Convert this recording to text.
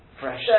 Fresh